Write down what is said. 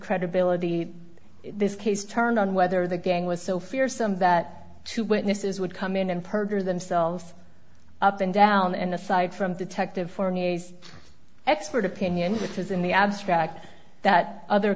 credibility this case turned on whether the gang was so fierce some that two witnesses would come in and perjure themselves up and down and aside from detective for new expert opinion because in the abstract that other